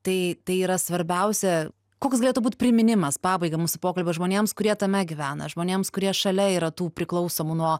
tai tai yra svarbiausia koks galėtų būt priminimas pabaiga mūsų pokalbio žmonėms kurie tame gyvena žmonėms kurie šalia yra tų priklausomų nuo